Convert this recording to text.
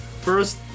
first